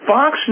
Fox